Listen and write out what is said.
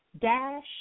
dash